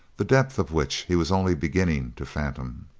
the depth of which he was only beginning to fathom.